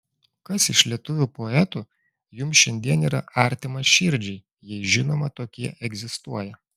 kas iš lietuvių poetų jums šiandien yra artimas širdžiai jei žinoma tokie egzistuoja